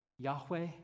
Yahweh